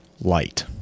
light